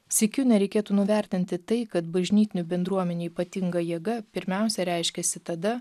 sykiu nereikėtų nuvertinti tai kad bažnytinių bendruomenių ypatinga jėga pirmiausia reiškiasi tada